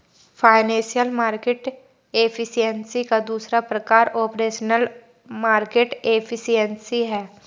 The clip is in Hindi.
फाइनेंशियल मार्केट एफिशिएंसी का दूसरा प्रकार ऑपरेशनल मार्केट एफिशिएंसी है